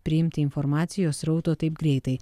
priimti informacijos srauto taip greitai